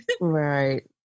Right